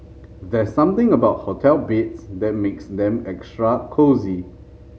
there's something about hotel beds that makes them extra cosy